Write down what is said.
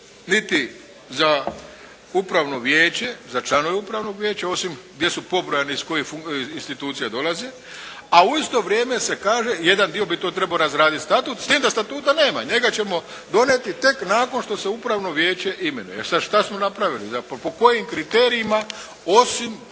za članove Upravnog vijeća osim gdje su pobrojani iz kojih institucija dolaze. A u isto vrijeme se kaže jedan dio bi to trebao razraditi statut s tim da statuta nema. Njega ćemo donijeti tek nakon što se upravno vijeće imenuje. Sad što smo napravili zapravo po kojim kriterijima osim kriterija